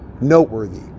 noteworthy